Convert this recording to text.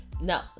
No